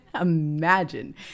imagine